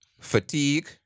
fatigue